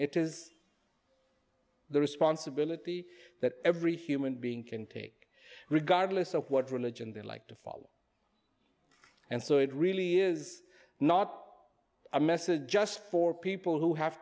it is the responsibility that every human being can take regardless of what religion they like to follow and so it really is not a message just for people who have